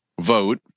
vote